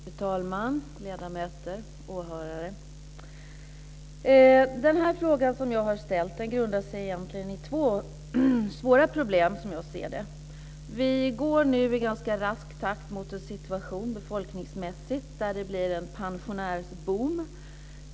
Fru talman! Ledamöter och åhörare! Den här frågan grundar sig egentligen på två svåra problem, som jag ser det. Vi går nu ganska raskt mot en situation befolkningsmässigt där det blir en pensionärsboom.